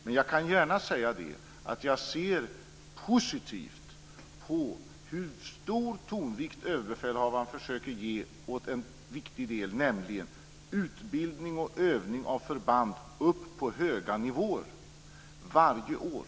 Men jag kan gärna säga att jag ser positivt på att överbefälhavaren lägger stor tonvikt vid utbildning och övning av förband på höga nivåer varje år.